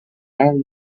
end